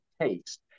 taste